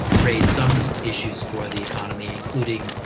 raise some issues for the economy, including